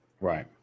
Right